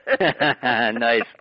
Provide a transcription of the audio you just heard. nice